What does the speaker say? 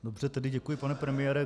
Dobře, děkuji pane premiére.